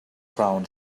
crown